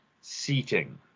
seating